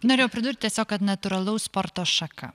norėjau pridurt tiesiog kad natūralaus sporto šaka